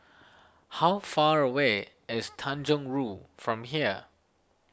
how far away is Tanjong Rhu from here